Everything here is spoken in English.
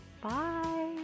Bye